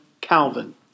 Calvin